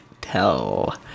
tell